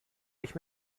ich